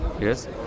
yes